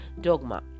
dogma